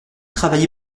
travaillé